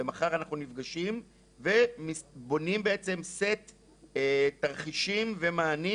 ומחר אנחנו נפגשים ובונים בעצם סט תרחישים ומענים.